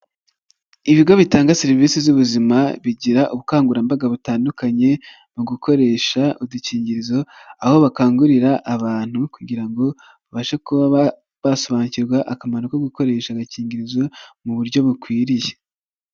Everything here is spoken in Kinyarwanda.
Ibigo bitanga serivisi z'ubuzima, bigira ubukangurambaga butandukanye mu gukoresha udukingirizo, aho bakangurira abantu kugira ngo babashe kuba basobanukirwa akamaro ko gukoresha agakingirizo mu buryo bukwiriye.